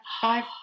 five